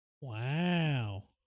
wow